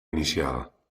inicial